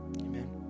amen